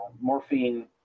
morphine